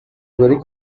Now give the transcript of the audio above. very